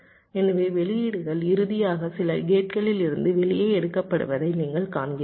எனவே வெளியீடுகள் இறுதியாக சில கேட்களிலிருந்து வெளியே எடுக்கப்படுவதை நீங்கள் காண்கிறீர்கள்